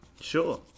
Sure